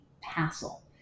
hassle